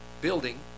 building